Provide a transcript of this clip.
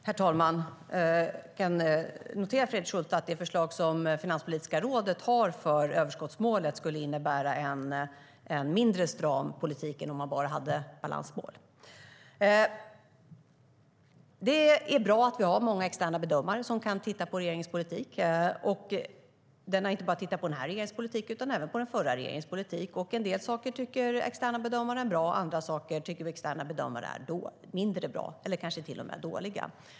Herr talman! Jag noterar, Fredrik Schulte, att det förslag som Finanspolitiska rådet har för överskottsmålet skulle innebära en mindre stram politik än om man bara hade balansmål. Det är bra att vi har många externa bedömare som kan titta på regeringens politik. De har inte bara tittat på den här regeringens politik utan även på den förra regeringens politik. En del saker tycker externa bedömare är bra, och andra saker tycker externa bedömare är mindre bra eller kanske till och med dåliga.